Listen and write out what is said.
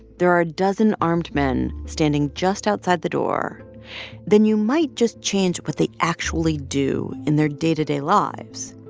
there are a dozen armed men standing just outside the door then you might just change what they actually do in their day-to-day lives.